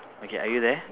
okay are you there